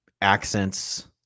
accents